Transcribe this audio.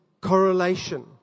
correlation